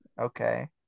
Okay